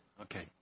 Okay